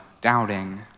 doubting